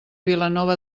vilanova